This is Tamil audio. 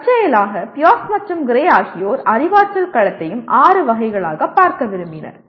தற்செயலாக பியர்ஸ் மற்றும் கிரே ஆகியோர் அறிவாற்றல் களத்தையும் ஆறு வகைகளாகப் பார்க்க விரும்பினர்